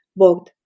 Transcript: Bogd